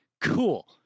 Cool